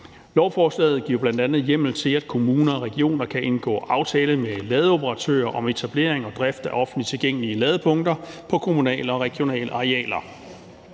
Lovforslaget giver bl.a. hjemmel til, at kommuner og regioner kan indgå aftale med ladeoperatører om etablering og drift af offentligt tilgængelige ladepunkter på kommunale og regionale arealer.